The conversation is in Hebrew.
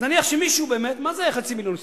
אז נניח שמישהו באמת, מה זה חצי מיליון ישראלים?